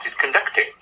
conducting